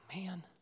man